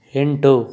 ಎಂಟು